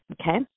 Okay